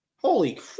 Holy